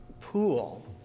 pool